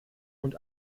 und